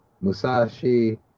Musashi